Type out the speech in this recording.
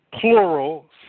plural